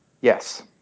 Yes